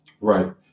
Right